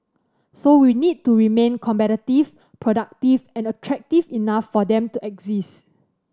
so we need to remain competitive productive and attractive enough for them to exist